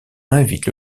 invite